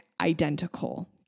identical